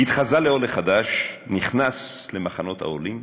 התחזה לעולה חדש, נכנס למחנות העולים